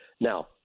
Now